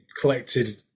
collected